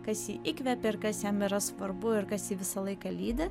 kas jį įkvepia ir kas jam yra svarbu ir kas jį visą laiką lydi